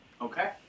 Okay